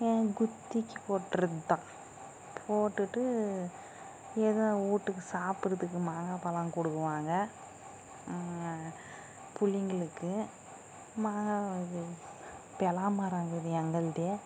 குத்திகைக்கு போடுவதுதான் போட்டுகிட்டு ஏதும் வீட்டுக்கு சாப்பிறதுக்கு மாங்காய் பழம் கொடுக்குவாங்க பிள்ளிங்களுக்கு மாங்கா இது பலாமரம் இருக்குது எங்களுதே